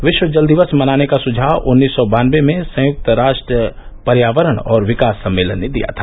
विश्व जल दिवस मनाने का सुझाव उन्नीस सौ बानवे में संयुक्त राष्ट्र पर्यावरण और विकास सम्मेलन ने दिया था